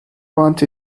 want